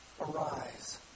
Arise